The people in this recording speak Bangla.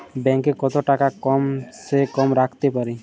ব্যাঙ্ক এ কত টাকা কম সে কম রাখতে পারি?